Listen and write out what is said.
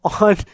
on